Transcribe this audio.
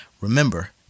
Remember